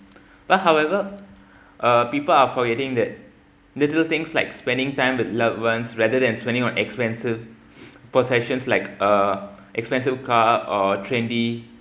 but however uh people are forgetting that little things like spending time with loved ones rather than spending on expensive possessions like uh expensive car or trendy